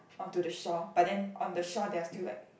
onto the shore but then on the shore they are still like